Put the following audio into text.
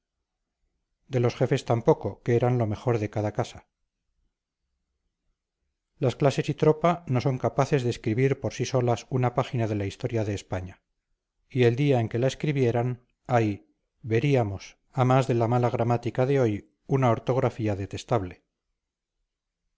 de los jefes tampoco que eran lo mejor de cada casa las clases y tropa no son capaces de escribir por sí solas una página de la historia de españa y el día en que la escribieran ay veríamos a más de la mala gramática de hoy una ortografía detestable